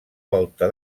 volta